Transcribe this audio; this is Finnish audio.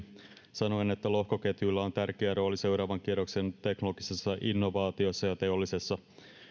sanoen että lohkoketjuilla on tärkeä rooli seuraavan kierroksen teknologisessa innovaatiossa ja teollisessa